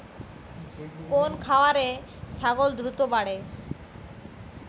কোন খাওয়ারে ছাগল দ্রুত বাড়ে?